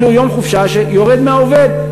כאילו יום חופשה שיורד מהעובד.